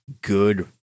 good